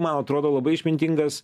man atrodo labai išmintingas